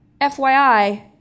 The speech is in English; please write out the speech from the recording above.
FYI